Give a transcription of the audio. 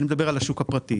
אני מדבר על השוק הפרטי.